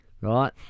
right